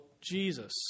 Jesus